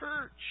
church